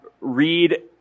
read